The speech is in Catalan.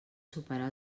superar